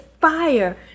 fire